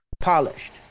polished